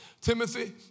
Timothy